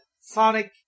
Sonic